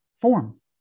form